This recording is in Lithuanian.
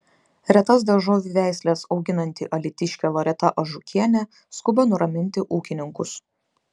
retas daržovių veisles auginanti alytiškė loreta ažukienė skuba nuraminti ūkininkus